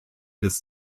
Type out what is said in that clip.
des